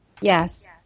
Yes